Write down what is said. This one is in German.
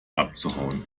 abzuhauen